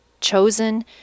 chosen